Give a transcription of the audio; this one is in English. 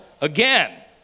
again